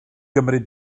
gymryd